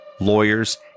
lawyers